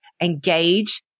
engage